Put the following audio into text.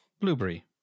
Blueberry